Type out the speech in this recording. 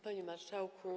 Panie Marszałku!